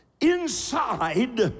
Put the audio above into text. inside